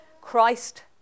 Christ